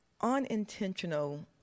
unintentional